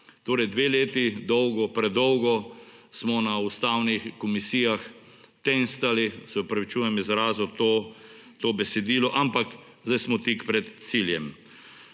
Torej dve leti dolgo, predolgo smo na Ustavni komisiji tenstali, se opravičujem izrazu, to besedilo. Ampak zdaj smo tik pred ciljem.